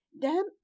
damp